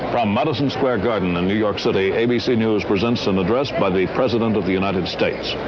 from madison square garden in new york city abc news presents an address by the president of the united states.